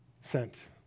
sent